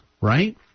right